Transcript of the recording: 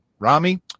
Rami